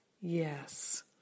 Yes